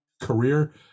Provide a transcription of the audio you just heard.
career